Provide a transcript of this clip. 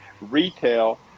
retail